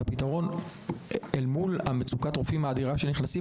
הפתרון אל מול מצוקת הרופאים האדירה שנכנסים